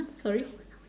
sorry